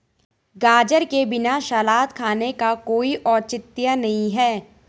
गाजर के बिना सलाद खाने का कोई औचित्य नहीं है